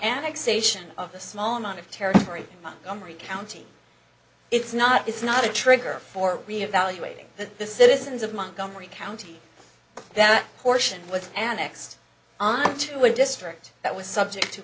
annexation of a small amount of territory mongomery county it's not it's not a trigger for reevaluating that the citizens of montgomery county that portion with annexed onto a district that was subject to